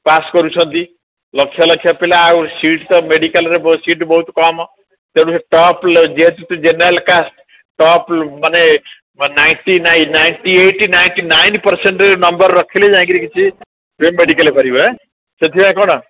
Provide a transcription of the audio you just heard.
pass କରୁଛନ୍ତି ଲକ୍ଷ ଲକ୍ଷ ପିଲା ଆଉ ସିଟ୍ ତ ମେଡିକାଲରେ ସିଟ୍ ବହୁତ କମ ତେଣୁ ଟପ୍ ଯେହେତୁ ଜେନେରାଲ କାଷ୍ଟ ଟପ ମାନେ ninety nine ninety eighty ninety nine percent number ରଖିଲେ ଯାଇକି ମେଡିକାଲ କରିବ ସେଥିପାଇଁ କ'ଣ